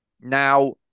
Now